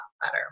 better